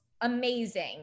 amazing